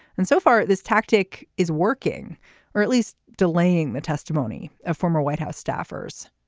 and so far this tactic is working or at least delaying the testimony of former white house staffers.